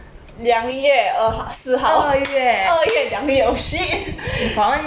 二月你华文腿部了